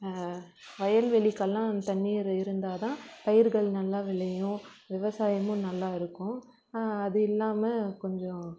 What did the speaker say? வயல்வெளிக்கெல்லாம் தண்ணீர் இருந்தால் தான் பயிர்கள் நல்லா விளையும் விவசாயமும் நல்லாயிருக்கும் அது இல்லாமல் கொஞ்சம்